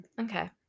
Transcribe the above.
Okay